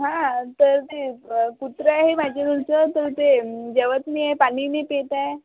हा तर ते कुत्रं आहे माझ्याजवळचं तर ते जेवत नाही आहे पाणी नाही पीत आहे